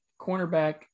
cornerback